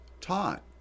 taught